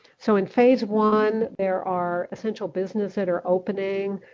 so in phase one there are essential businesses that are opening.